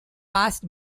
past